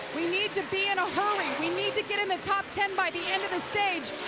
we need to be in a hurry. we need to get in the top ten by the end of the stage.